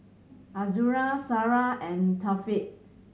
Azura Sarah and Taufik